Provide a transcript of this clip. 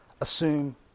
assume